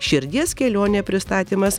širdies kelionė pristatymas